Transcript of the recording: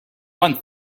one